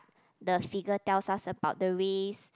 the figure tells us about the race